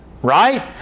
Right